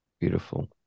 Beautiful